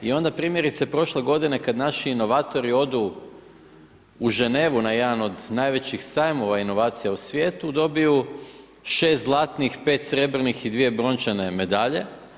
I onda primjerice, prošle godine, kad naši inovatori odu u Genovu jedan od najvećih sajmova inovacija na svijetu, dobiju, 6 zlatnih 5 srebrnih i 2 brončane medalje.